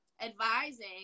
advising